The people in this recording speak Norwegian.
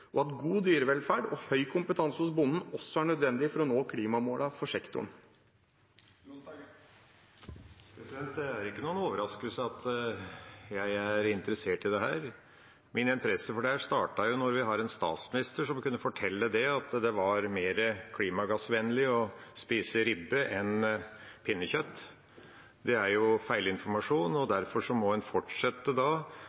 og at god dyrevelferd og høy kompetanse hos bonden også er nødvendig for å nå klimamålene for sektoren. Det er ikke noen overraskelse at jeg er interessert i dette. Min interesse for dette startet da vi fikk en statsminister som kunne fortelle at det var mer klimagassvennlig å spise ribbe enn pinnekjøtt. Det er